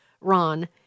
Ron